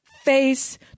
face